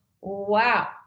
wow